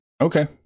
Okay